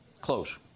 Close